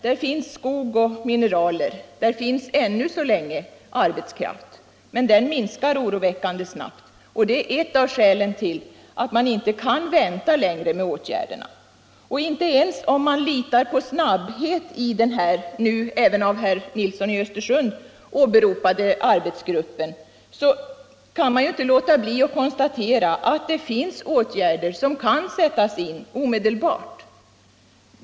Där finns skog och mineraler. Där finns ännu så länge arbetskraft, men den minskar oroväckande snabbt. Det är ett av skälen till att man inte kan vänta längre med åtgärderna. Även herr Nilsson i Östersund åberopade den här arbetsgruppen och hoppades på att den skulle arbeta snabbt. Man kan emellertid inte låta bli att konstatera att det finns åtgärder som kan sättas in omedelbart.